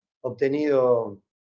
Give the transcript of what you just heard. obtenido